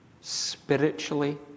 spiritually